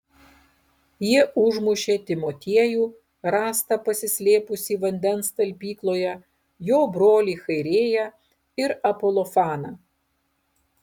jie užmušė timotiejų rastą pasislėpusį vandens talpykloje jo brolį chairėją ir apolofaną